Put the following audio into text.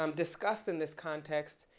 um discussed in this context,